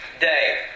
day